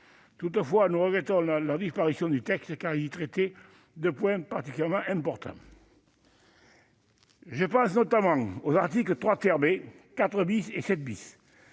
Toutefois, nous regrettons leur disparition du texte, car ils y traitaient de points particulièrement importants. Je pense notamment aux articles 3 B, 4